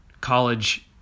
college